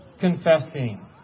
confessing